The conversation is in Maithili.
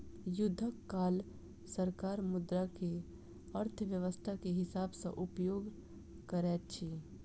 युद्धक काल सरकार मुद्रा के अर्थव्यस्था के हिसाब सॅ उपयोग करैत अछि